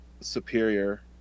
superior